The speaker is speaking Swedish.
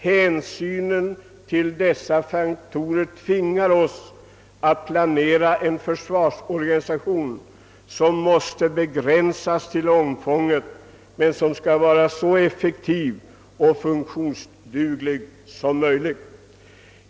Hänsynen till dessa faktorer tvingar oss att planera en försvarsorganisation som måste begränsas till omfånget men som skall vara så effektiv och funktionsduglig som möjligt.